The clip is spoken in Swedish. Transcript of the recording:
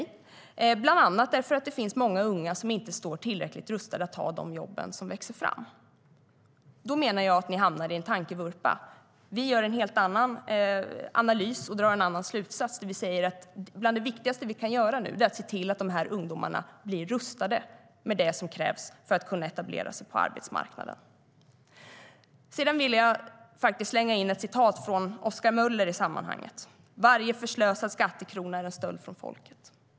Det är bland annat för att det finns många unga som inte står tillräckligt rustade att ta de jobb som växer fram. Jag menar att ni hamnar i en tankevurpa. Vi gör en helt annan analys och drar en annan slutsats. Vi säger att bland det viktigaste vi kan göra är att se till att ungdomarna blir rustade med det som krävs för att etablera sig på arbetsmarknaden. Till sist vill jag slänga in ett citat från Gustav Möller: Varje förslösad skattekrona är en stöld från folket.